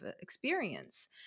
experience